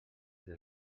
del